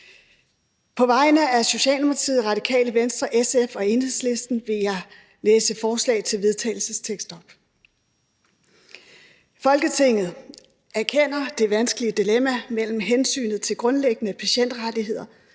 På vegne af Socialdemokratiet, Radikale Venstre, SF og Enhedslisten vil jeg oplæse følgende: Forslag til vedtagelse »Folketinget erkender det vanskelige dilemma mellem hensynet til grundlæggende patientrettigheder